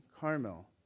Carmel